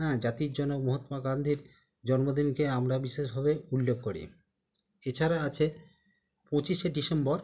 হ্যাঁ জাতির জনক মহাত্মা গান্ধীর জন্মদিনকে আমরা বিশেষভাবে উল্লেখ করি এছাড়া আছে পঁচিশে ডিসেম্বর